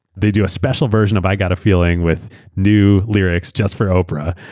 they do a special version of i gotta feeling with new lyrics just for oprah.